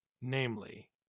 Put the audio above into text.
namely